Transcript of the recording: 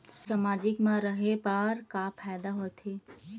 सामाजिक मा रहे बार का फ़ायदा होथे?